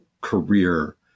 career